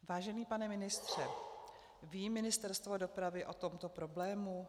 Vážený pane ministře, ví Ministerstvo dopravy o tomto problému?